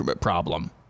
problem